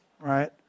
right